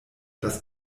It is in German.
das